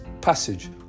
passage